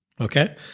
okay